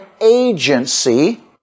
agency